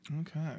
Okay